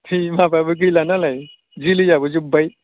दै माबाबो गैलानालाय जोलैयाबो जोब्बाय